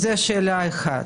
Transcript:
זו שאלה אחת.